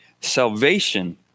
salvation